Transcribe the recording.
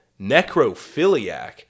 necrophiliac